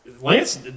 Lance